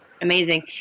Amazing